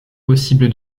possible